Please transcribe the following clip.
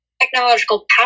technological